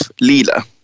Lila